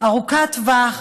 ארוכת טווח,